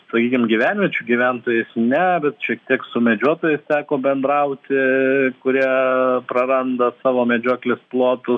sakykim gyvenviečių gyventojai ne bet šiek tiek su medžiotojais teko bendrauti kurie praranda savo medžioklės plotų